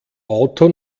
auto